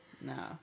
no